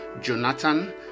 jonathan